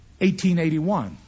1881